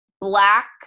black